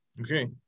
Okay